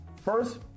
First